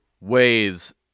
ways